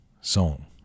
song